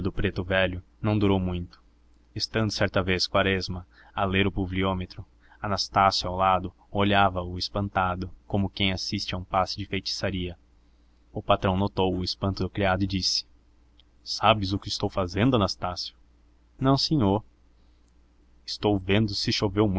preto velho não durou muito estando certa vez quaresma a ler o pluviômetro anastácio ao lado olhava-o espantado como quem assiste a um passe de feitiçaria o patrão notou o espanto do criado e disse sabes o que estou fazendo anastácio não sinhô estou vendo se choveu